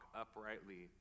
uprightly